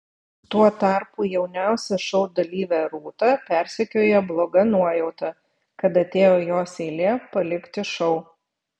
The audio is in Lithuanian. tuo tarpu jauniausią šou dalyvę rūtą persekioja bloga nuojauta kad atėjo jos eilė palikti šou